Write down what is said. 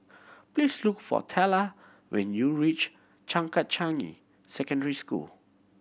please look for Teela when you reach Changkat Changi Secondary School